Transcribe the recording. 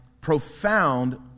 profound